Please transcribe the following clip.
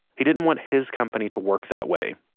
he didn't want his company to work that way